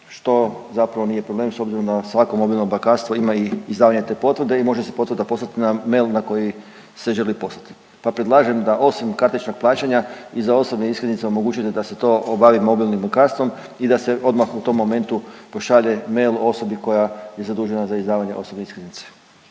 što zapravo nije problem s obzirom da svako mobilno bankarstvo ima i izdavanje te potvrde i može potvrda poslati na mail na koji se želi poslati, pa predlažem da osim kartičnog plaćanja i za osobne iskaznice omogućite da se to obavi mobilnim bankarstvom i da se odmah u tom momentu pošalje mail osobi koja je zadužena za izdavanje osobne iskaznice.